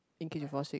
in case you fall sick